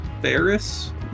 Ferris